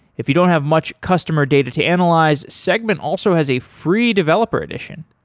if you don't have much customer data to analyze, segment also has a free developer edition.